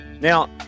Now